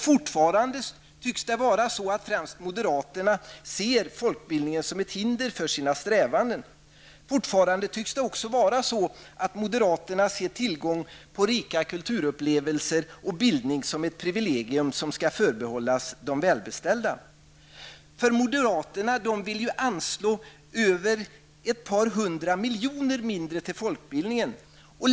Fortfarande tycks det vara så att främst moderaterna ser folkbildningen som ett hinder för sina strävanden. Fortfarande tycks det också vara så att moderaterna ser tillgång till rika kulturupplevelser och bildning som ett privilegium som skall förbehållas de välbeställda. Moderaterna vill nämligen anslå över ett par hundra miljoner mindre till folkbildningen.